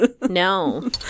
no